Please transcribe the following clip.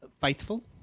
faithful